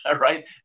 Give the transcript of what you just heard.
right